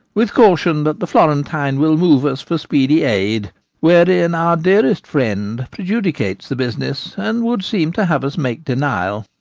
with caution, that the florentine will move us for speedy aid wherein our dearest friend prejudicates the business, and would seem to have us make denial.